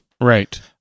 right